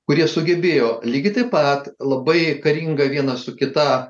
kurie sugebėjo lygiai taip pat labai karingą vieną su kita